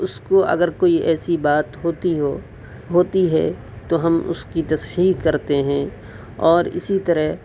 اس کو اگر کوئی ایسی بات ہوتی ہو ہوتی ہے تو ہم اس کی تصحیح کرتے ہیں اور اسی طرح